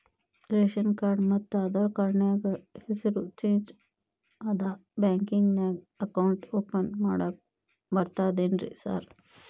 Ration card ಮತ್ತ Aadhaar card ನ್ಯಾಗ ಹೆಸರು ಚೇಂಜ್ ಅದಾ ಬ್ಯಾಂಕಿನ್ಯಾಗ ಅಕೌಂಟ್ ಓಪನ್ ಮಾಡಾಕ ಬರ್ತಾದೇನ್ರಿ ಸಾರ್?